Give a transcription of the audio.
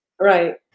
Right